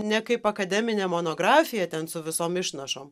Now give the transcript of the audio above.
ne kaip akademinę monografiją ten su visom išnašom